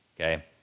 okay